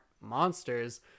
monsters